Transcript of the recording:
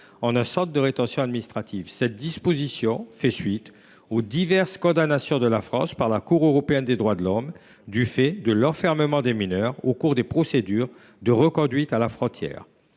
ans en centre de rétention administrative. Cette disposition fait suite aux diverses condamnations de la France par la CEDH du fait de l’enfermement des mineurs au cours des procédures de reconduite à la frontière.